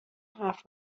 حرف